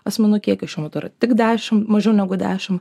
asmenų kiekio šiuo metu tik dešimt mažiau negu dešimt